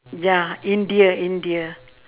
ya india india